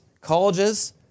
colleges